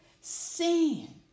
sin